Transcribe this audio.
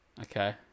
Okay